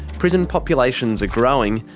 prison populations are growing,